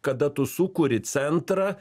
kada tu sukuri centrą